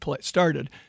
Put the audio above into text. started